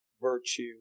virtue